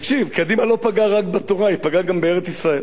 קדימה לא פגעה רק בתורה, היא פגעה גם בארץ-ישראל.